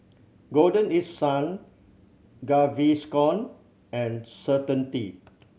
Golden East Sun Gaviscon and Certainty